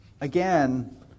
Again